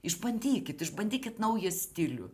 išbandykit išbandykit naują stilių